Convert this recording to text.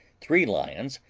three lions,